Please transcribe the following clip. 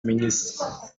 ministre